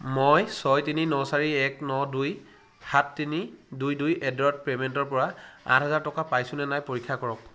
মই ছয় তিনি ন চাৰি এক ন দুই সাত তিনি দুই দুই এট দ্যা ৰেট পেমেণ্টৰ পৰা আঠ হেজাৰ টকা পাইছোনে নাই পৰীক্ষা কৰক